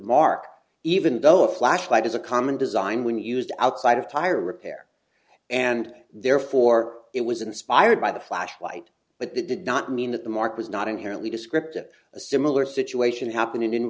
mark even though a flashlight is a common design when used outside of tire repair and therefore it was inspired by the flashlight but that did not mean that the mark was not inherently descriptive a similar situation happened